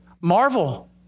marvel